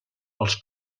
els